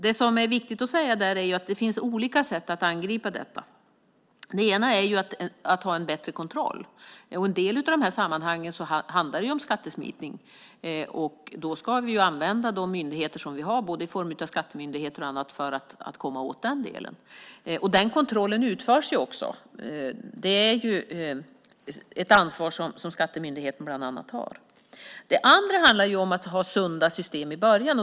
Det som är viktigt att säga där är att det finns olika sätt att angripa detta. Det ena är att ha en bättre kontroll. I en del av de här sammanhangen handlar det om skattesmitning. Då ska vi använda de myndigheter som vi har i form av skattemyndigheten och annat för att komma åt den delen. Den kontrollen utförs också. Det är ett ansvar som bland annat skattemyndigheten har. Det andra handlar om att ha sunda system i början.